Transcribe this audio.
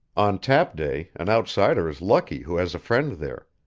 on tap day an outsider is lucky who has a friend there,